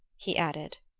he added.